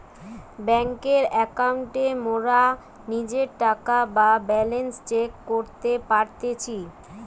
বেংকের একাউন্টে মোরা নিজের টাকা বা ব্যালান্স চেক করতে পারতেছি